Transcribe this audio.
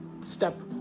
step